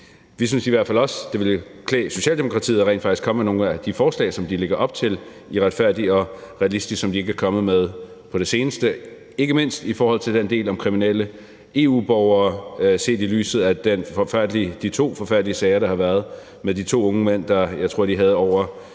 Vi synes i hvert fald også, at det ville klæde Socialdemokratiet rent faktisk at komme med nogle af de forslag, som de lægger op til i »Retfærdig og Realistisk«, men som de endnu ikke er kommet med; ikke mindst i forhold til den del om kriminelle EU-borgere set i lyset af de to forfærdelige sager, der har været, om to unge mænd, som jeg tror havde over